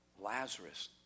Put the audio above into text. Lazarus